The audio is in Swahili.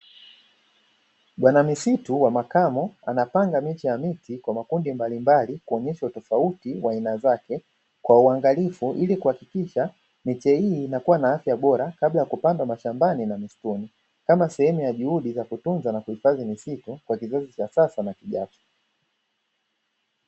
Bwana misitu wa makamo anapanga michi ya miti kwa makundi mbalimbali kuonyesha utofauti wa aina zake kwa uangalifu, ili kuhakikisha michi hii inakuwa na afya bora kabla ya kupanda mashambani na misituni, kama sehemu ya juhudi za kutunza na kuhifadhi misitu kwa kizazi cha sasa na kijacho.